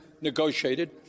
negotiated